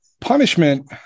punishment